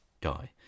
guy